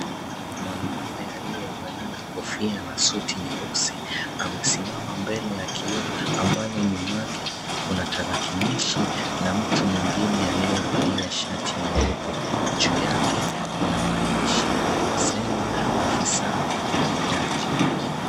Mwanaume aliyevalia kofia na suti nyeusi amesimama mbele ya kioo ambalo nyuma yake kuna tarakilishi na mtu mwingine aliyevalia shati nyeupe. Juu yake kuna maandishi yanayosema afisa uhamiaji.